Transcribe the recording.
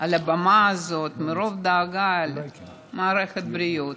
על הבמה הזאת מרוב דאגה למערכת הבריאות,